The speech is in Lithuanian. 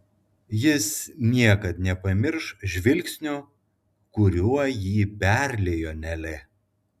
jis niekad nepamirš žvilgsnio kuriuo jį perliejo nelė